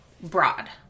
broad